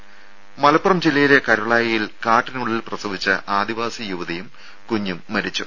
ദേദ മലപ്പുറം ജില്ലയിലെ കരുളായിയിൽ കാട്ടിനുള്ളിൽ പ്രസവിച്ച ആദിവാസി യുവതിയും കുഞ്ഞും മരിച്ചു